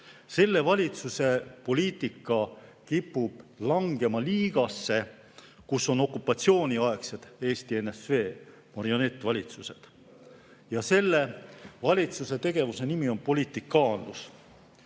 Selle valitsuse poliitika kipub langema liigasse, kus on okupatsiooniaegsed, Eesti NSV marionettvalitsused, ja selle valitsuse tegevuse nimi on politikaanlus.